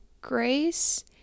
grace